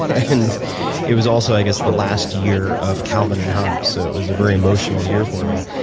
and it was also, i guess, the last year of calvin and hobbes so it was a very emotional year for me.